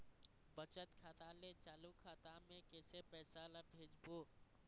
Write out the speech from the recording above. बचत खाता ले चालू खाता मे कैसे पैसा ला भेजबो?